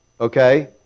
okay